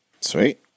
Sweet